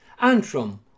Antrim